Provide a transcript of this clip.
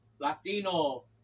Latino